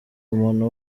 umuntu